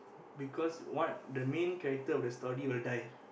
because what the main character of the story will die